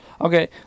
Okay